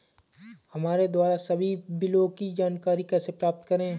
हमारे द्वारा सभी बिलों की जानकारी कैसे प्राप्त करें?